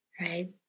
right